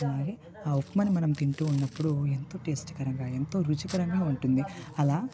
అలాగే ఆ ఉప్మాని మనం తింటు ఉన్నప్పుడు ఎంతో టెస్ట్కరంగా ఎంతో రుచికరంగా ఉంటుంది అలా